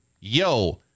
Yo